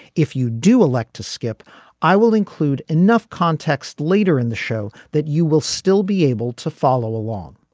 if you do elect to skip i will include enough context later in the show that you will still be able to follow along.